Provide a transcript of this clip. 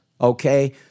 Okay